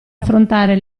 affrontare